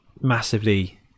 massively